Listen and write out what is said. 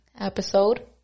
episode